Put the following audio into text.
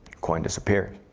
coin disappears.